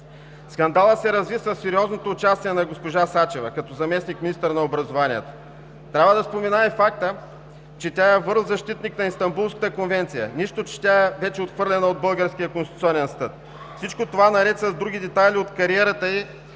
Скандалът се разви със сериозното участие на госпожа Сачева като заместник-министър на образованието. Трябва да спомена и факта, че тя е върл защитник на Истанбулската конвенция – нищо, че тя вече е отхвърлена от българския Конституционен съд. Всичко това, наред с други детайли от кариерата